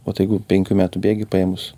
vat jeigu penkių metų bėgį paėmus